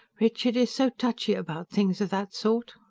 richard is so touchy about things of that sort.